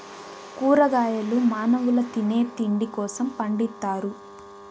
కూరగాయలు మానవుల తినే తిండి కోసం పండిత్తారు